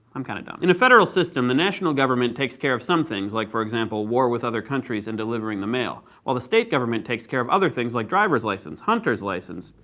i'm kind of dumb. in the federal system, the national government takes care of some things, like for example, war with other countries and delivering the mail, while the state government takes care of other things like driver's license, hunter's licenses,